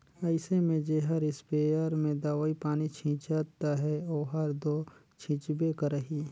अइसे में जेहर इस्पेयर में दवई पानी छींचत अहे ओहर दो छींचबे करही